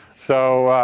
so,